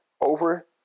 over